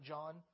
John